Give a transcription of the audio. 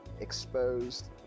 Exposed